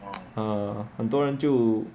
err 很多人就